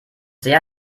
sehr